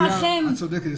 את צודקת.